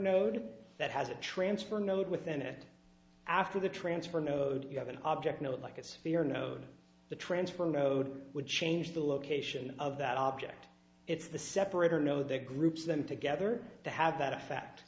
node that has a transfer node within it after the transfer node you have an object know it like a sphere node the transfer node would change the location of that object it's the separator no the groups them together to have that effect